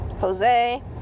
Jose